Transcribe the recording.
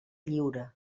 lliure